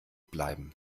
bleiben